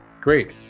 Great